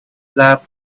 flap